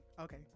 Okay